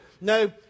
No